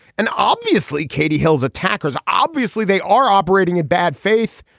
and obviously katie hill's attackers obviously they are operating in bad faith.